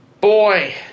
Boy